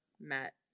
met